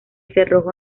cerrojo